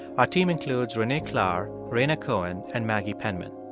our team includes renee klahr, rhaina cohen and maggie penmen.